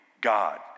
God